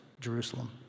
Jerusalem